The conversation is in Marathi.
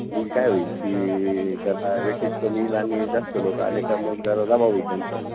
काय होईल की त्याला वेटेज पण येईल आणि जास्त लोक आले का मग जरा दबाव येईल त्यांच्यावर